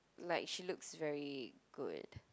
like she looks very good